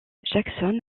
jackson